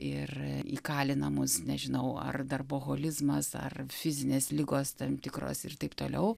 ir įkalina mus nežinau ar darboholizmas ar fizinės ligos tam tikros ir taip toliau